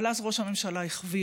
אבל אז ראש הממשלה החוויר,